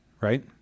Right